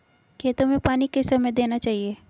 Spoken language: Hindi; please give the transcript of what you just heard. खेतों में पानी किस समय देना चाहिए?